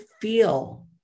feel